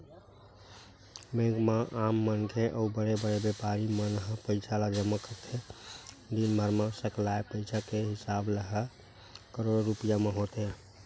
bank म आम मनखे अउ बड़े बड़े बेपारी मन ह पइसा ल जमा करथे, दिनभर म सकलाय पइसा के हिसाब ह करोड़ो रूपिया म होथे